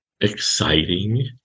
Exciting